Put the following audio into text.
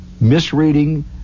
misreading